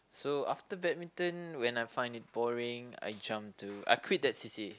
so after badminton when I find it boring I jump to I quit that c_c_a